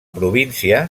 província